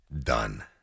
done